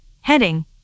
Heading